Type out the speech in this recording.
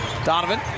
Donovan